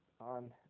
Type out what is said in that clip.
on